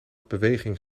beweging